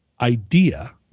idea